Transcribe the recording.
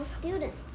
students